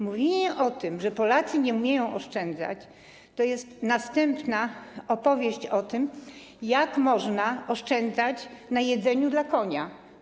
Mówienie o tym, że Polacy nie umieją oszczędzać, to jest następna opowieść o tym, jak można oszczędzać na jedzeniu dla konia.